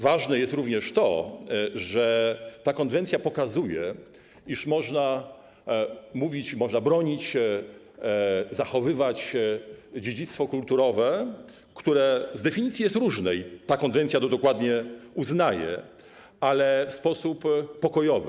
Ważne jest również to, że ta konwencja pokazuje, iż można mówić, bronić, zachowywać dziedzictwo kulturowe, które z definicji jest różne, i ta konwencja to dokładnie uznaje, ale w sposób pokojowy.